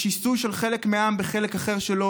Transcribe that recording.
בשיסוי של חלק מהעם בחלק אחר שלו,